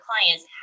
clients